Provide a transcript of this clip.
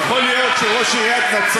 נכבה שנייה בנגב לא תהיה.